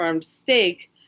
steak